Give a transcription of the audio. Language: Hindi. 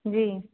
जी